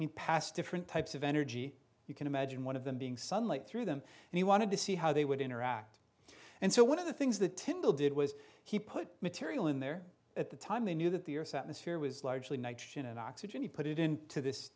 and pass different types of energy you can imagine one of them being sunlight through them and he wanted to see how they would interact and so one of the things that tindall did was he put material in there at the time they knew that the earth's atmosphere was largely nitrogen and oxygen he put it into this